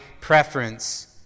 preference